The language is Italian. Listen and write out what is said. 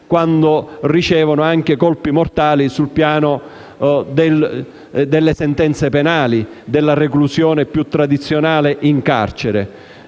ma ricevono anche colpi mortali sul piano delle sentenze penali, della reclusione più tradizionale in carcere,